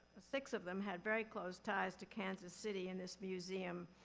six of them had very close ties to kansas city in this museum,